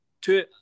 two